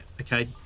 okay